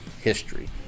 history